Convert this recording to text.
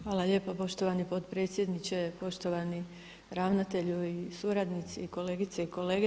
Hvala lijepo poštovani potpredsjedniče, poštovani ravnatelju i suradnici i kolegice i kolege.